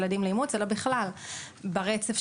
משפחות להט"ביות לא מתאימות לגידול ילדים מכל הסיבות